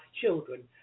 children